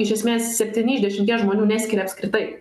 iš esmės septyni iš dešimties žmonių neskiria apskritai